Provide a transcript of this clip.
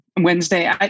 Wednesday